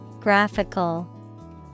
Graphical